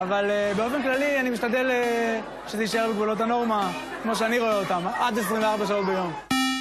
אבל באופן כללי אני משתדל שזה ישאר בגבולות הנורמה כמו שאני רואה אותן עד 24 שעות ביום